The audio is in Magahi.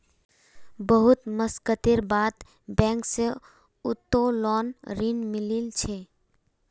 बहुत मशक्कतेर बाद बैंक स उत्तोलन ऋण मिलील छ